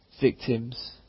victims